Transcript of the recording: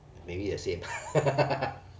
maybe the same